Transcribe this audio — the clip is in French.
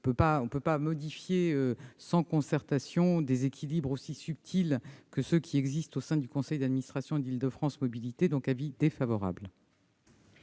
me semble-t-il, modifier sans concertation des équilibres aussi subtils que ceux qui existent au sein du conseil d'administration d'Île-de-France Mobilités. Le Gouvernement